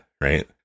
right